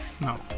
No